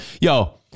yo